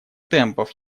темпов